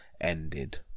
ended